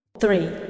Three